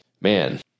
man